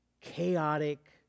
chaotic